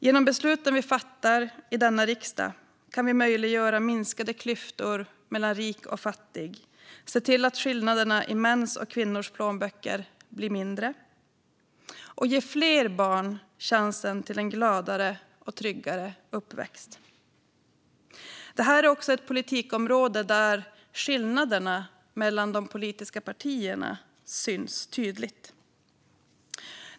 Genom besluten vi fattar i denna riksdag kan vi möjliggöra minskade klyftor mellan rik och fattig, se till att skillnaderna i mäns och kvinnors plånböcker blir mindre och ge fler barn chansen till en gladare och tryggare uppväxt. Detta är också ett politikområde där skillnaderna mellan de politiska partierna syns tydligt.